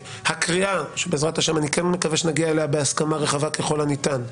שהקריאה שבעזרת השם אני כן מקווה שנגיע אליה בהסכמה רחבה ככל הניתן,